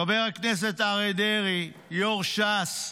חבר הכנסת אריה דרעי, יושב-ראש ש"ס,